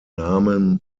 namen